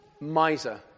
miser